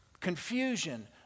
confusion